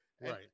Right